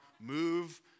move